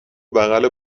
بغل